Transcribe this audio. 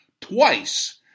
twice